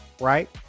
right